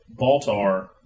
Baltar